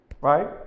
right